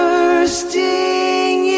Bursting